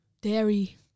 dairy